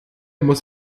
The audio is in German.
muss